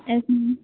yes ma'am